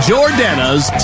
Jordana's